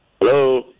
Hello